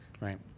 Right